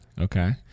Okay